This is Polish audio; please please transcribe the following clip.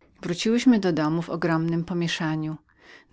krzyczeć wróciłyśmy do domu w najżywszej niespokojności